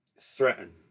threaten